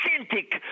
authentic